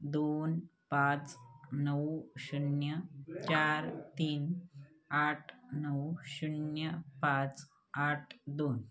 दोन पाच नऊ शून्य चार तीन आठ नऊ शून्य पाच आठ दोन